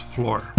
Floor